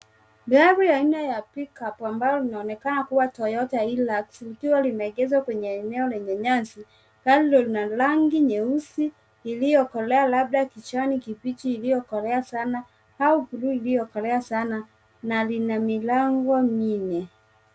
Gari ya aina pickup ambalo linaonekana kuwa Toyoya Hillux likiwa limeegeshwa kwenye eneo lenye nyasi ambalo lina rangi nyeusi iliyokolea labda kijani kibichi iliyo kolea sana au bluu iliyokolea sana na lina milango minne.